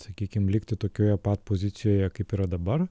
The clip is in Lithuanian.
sakykim likti tokioje pat pozicijoje kaip yra dabar